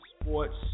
Sports